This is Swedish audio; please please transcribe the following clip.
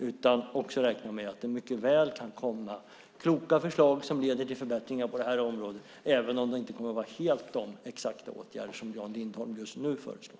Han ska också räkna med att det mycket väl kan komma kloka förslag som leder till förbättringar på det här området även om det inte helt kommer att vara exakt de åtgärder som Jan Lindholm just nu föreslår.